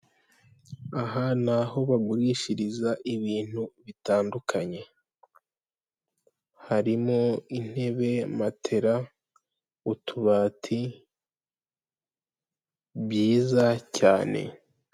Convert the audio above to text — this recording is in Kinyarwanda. Aha ni aho bagurishiriza ibintu bitandukanye harimo intebe, matera, utubati byiza cyane.